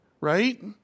right